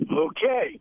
Okay